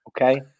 okay